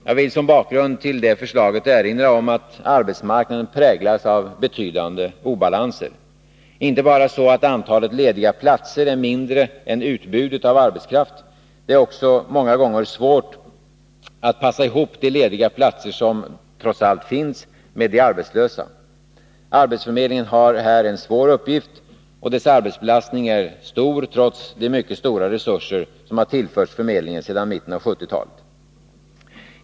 Jag vill som bakgrund till det förslaget erinra om att arbetsmarknaden präglas av betydande obalanser — inte bara så att antalet lediga platser är mindre än utbudet av arbetskraft, det är också många gånger svårt att passa ihop de lediga platser som trots allt finns med de arbetslösa. Arbetsförmedlingen har här en svår uppgift, och dess arbetsbelastning är stor, trots de mycket stora resurser som har tillförts förmedlingen sedan mitten av 1970-talet.